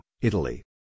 Italy